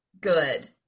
good